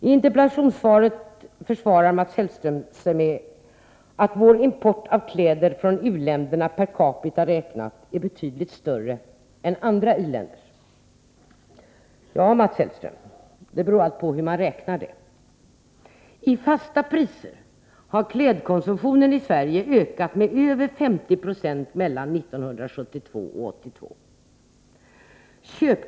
I interpellationssvaret försvarar Mats Hellström sig med att vår import av kläder från u-länderna, per capita räknat, är betydligt större än andra i-länders. Ja, Mats Hellström, det beror allt på hur man räknar. I fasta priser har klädkonsumtionen i Sverige ökat med över 50 Zo mellan 1972 och 1982.